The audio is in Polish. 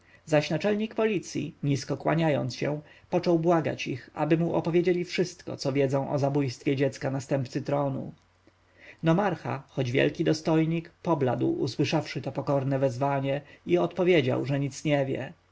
zaś naczelnik policji nisko kłaniając się począł błagać ich aby mu opowiedzieli wszystko co wiedzą o zabójstwie dziecka następcy tronu nomarcha choć wielki dostojnik pobladł usłyszawszy to pokorne wezwanie i odpowiedział że nic nie wie